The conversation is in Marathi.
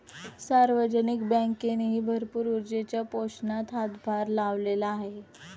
सार्वजनिक बँकेनेही भरपूर ऊर्जेच्या पोषणात हातभार लावलेला आहे